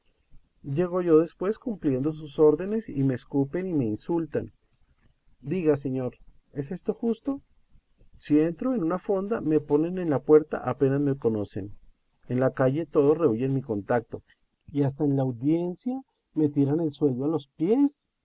llego yo después cumpliendo sus órdenes y me escupen y me insultan diga señor es esto justo si entro en una fonda me ponen en la puerta apenas me conocen en la calle todos rehuyen mi contacto y hasta en la audiencia me tiran el sueldo a los pies